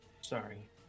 Sorry